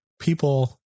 people